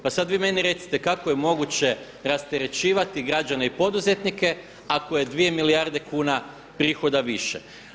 Pa sada vi meni recite kako je moguće rasterećivati građane i poduzetnike ako je 2 milijarde kuna prihoda više.